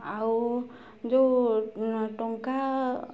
ଆଉ ଯେଉଁ ଟଙ୍କା